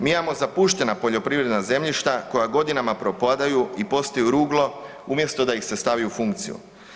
Mi imamo zapuštena poljoprivredna zemljišta koja godinama propadaju i postaju ruglo umjesto da ih se stavi u funkciju.